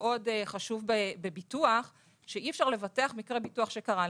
חשוב בביטוח שאי אפשר לבטח מקרה ביטוח שקרה.